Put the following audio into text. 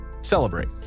celebrate